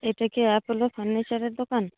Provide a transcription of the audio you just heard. এটা কি অ্যাপোলো ফার্নিচারের দোকান